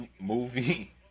Movie